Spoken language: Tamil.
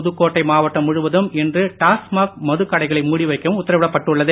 புதுக்கோட்டை மாவட்டம் முழுவதும் இன்று டாஸ்மாக் மதுக்கடைகளை மூடி வைக்கவும் உத்தரவிடப் பட்டுள்ளது